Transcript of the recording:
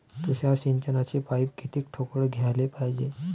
तुषार सिंचनाचे पाइप किती ठोकळ घ्याले पायजे?